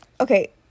okay